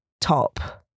top